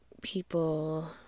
people